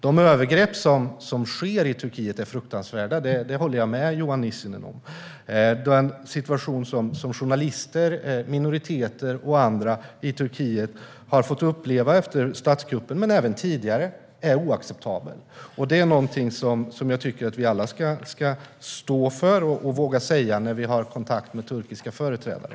De övergrepp som sker i Turkiet är fruktansvärda - det håller jag med Johan Nissinen om. Den situation som journalister, minoriteter och andra i Turkiet har fått uppleva efter statskuppen, men även tidigare, är oacceptabel. Detta är någonting som jag tycker att vi alla ska stå för och våga säga när vi har kontakt med turkiska företrädare.